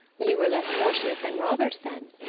you were less fortunate than robert, then.